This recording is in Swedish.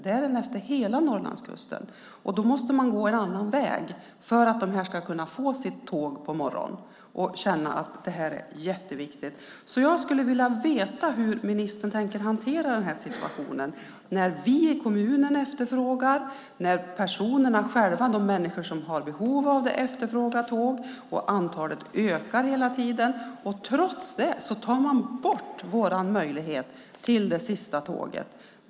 Det är den efter hela Norrlandskusten. Då måste man gå en annan väg, så att man kan få sitt tåg på morgonen. Detta är jätteviktigt. Jag skulle vilja veta hur ministern tänker hantera situationen när vi i kommunen efterfrågar tåg, när det människor som har behov av dem också efterfrågar tåg och antalet resenärer hela tiden ökar. Trots det tar man bort vår möjlighet till det sista tåget.